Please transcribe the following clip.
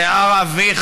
תיאר אבי,